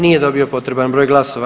Nije dobio potreban broj glasova.